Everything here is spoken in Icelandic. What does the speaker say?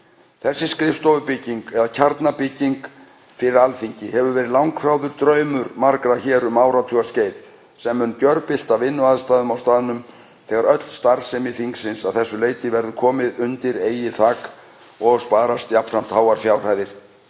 Þessi skrifstofubygging eða kjarnabygging fyrir Alþingi hefur verið langþráður draumur margra hér um áratugaskeið og mun gjörbylta vinnuaðstæðum á staðnum þegar öll starfsemi þingsins að þessu leyti verður komin undir eigið þak. Þá sparast um leið háar fjárhæðir